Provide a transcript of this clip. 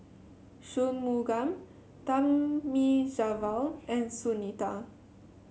Shunmugam Thamizhavel and Sunita